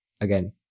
Again